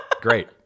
Great